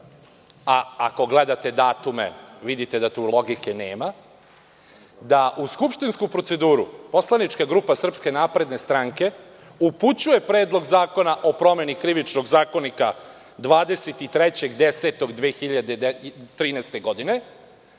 a ako gledate datume, vidite da tu logike nema, da u skupštinsku proceduru poslanička grupa SNS upućuje Predlog zakona o promeni Krivičnog zakonika 23. oktobra 2013. godine,